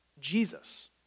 Jesus